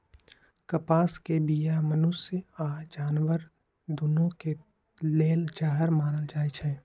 कपास के बीया मनुष्य आऽ जानवर दुन्नों के लेल जहर मानल जाई छै